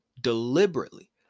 deliberately